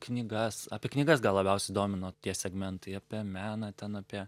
knygas apie knygas gal labiausiai domino tie segmentai apie meną ten apie